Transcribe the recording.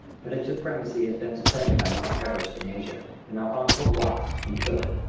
but its supremacy has been supplanted by mount everest in asia, and aconcagua in chile.